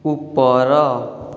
ଉପର